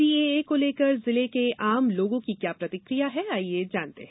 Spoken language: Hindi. सीएए को लेकर जिले के आम लोगों की क्या प्रतिक्रिया है आइए जानते हैं